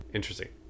Interesting